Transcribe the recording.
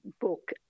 book